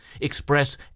express